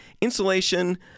insulation